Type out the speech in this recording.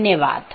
धन्यवाद